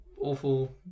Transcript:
awful